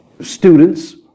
students